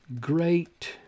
great